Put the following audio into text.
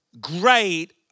great